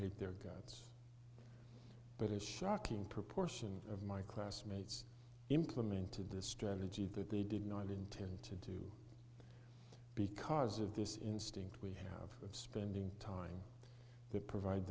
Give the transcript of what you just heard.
hate their guts but a shocking proportion of my classmates implemented this strategy that they did not intend to do because of this instinct we have of spending time to provide